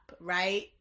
right